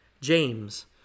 James